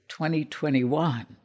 2021